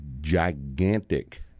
gigantic